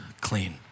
clean